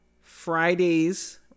Fridays